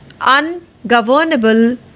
ungovernable